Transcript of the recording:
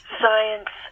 science